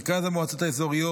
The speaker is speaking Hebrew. מרכז המועצות האזוריות.